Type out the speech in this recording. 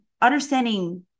understanding